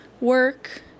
work